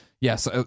Yes